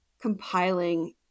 compiling